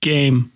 Game